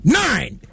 nine